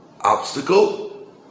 obstacle